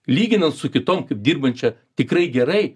lyginant su kitom kaip dirbančią tikrai gerai